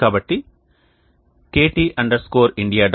కాబట్టి kt India